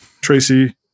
Tracy